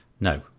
no